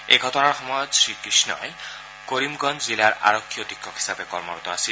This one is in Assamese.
এই ঘটনাৰ সময়ত শ্ৰীকৃষ্ণই কৰিমগঞ্জ জিলাৰ আৰক্ষী অধীক্ষক হিচাপে কৰ্মৰত আছিল